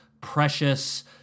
precious